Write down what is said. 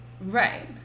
Right